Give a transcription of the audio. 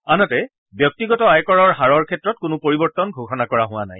আনহাতে ব্যক্তিগত আয় কৰৰ হাৰৰ ক্ষেত্ৰত কোনো পৰিৱৰ্তন ঘোষণা কৰা হোৱা নাই